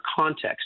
context